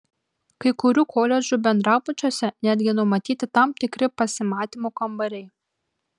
kai kurių koledžų bendrabučiuose netgi numatyti tam skirti pasimatymų kambariai